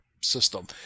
system